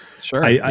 Sure